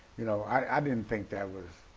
you know i didn't think that was,